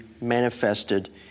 manifested